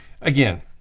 Again